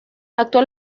actual